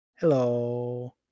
Hello